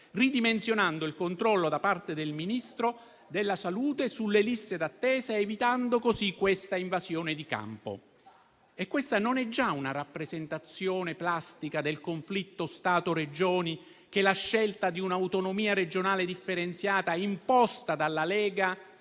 ridimensionando il controllo da parte del Ministro della salute sulle liste d'attesa, evitando così l'invasione di campo. Questa non è già una rappresentazione plastica del conflitto Stato-Regioni che la scelta di un'autonomia regionale differenziata, imposta dalla Lega